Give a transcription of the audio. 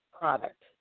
product